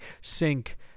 sink